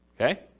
okay